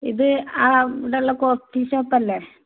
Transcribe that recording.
ഇത് ആ അവിടുള്ള കോഫി ഷോപ്പല്ലേ